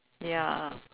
ya